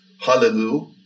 hallelujah